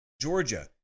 Georgia